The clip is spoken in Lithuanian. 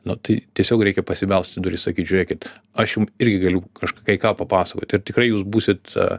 nu tai tiesiog reikia pasibelst į duris sakyt žiūrėkit aš jum irgi galiu kaž kai ką papasakot ir tikrai jūs būsit